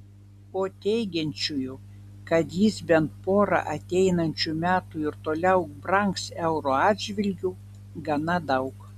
o teigiančiųjų kad jis bent porą ateinančių metų ir toliau brangs euro atžvilgiu gana daug